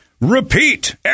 repeat